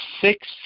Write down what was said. six